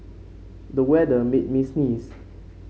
the weather made me sneeze